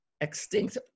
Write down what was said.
extinct